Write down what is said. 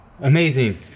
Amazing